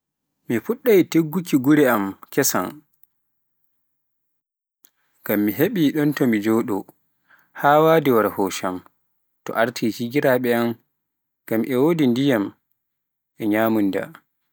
Mi fuɗɗoto tigguki gure kesam, ngam mi heɓi ɗon to mi jotto, haa wade wara hoshaam, to arti higiraɓe an, ngam e wodi ndiyam e nyamunda.